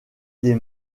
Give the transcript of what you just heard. des